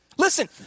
Listen